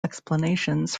explanations